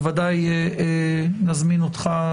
בוודאי נזמין אותך,